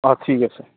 অঁ ঠিক আছে